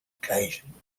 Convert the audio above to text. occasions